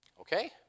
Okay